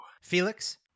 Felix